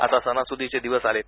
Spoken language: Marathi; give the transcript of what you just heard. आता सणासुदीचे दिवस आलेत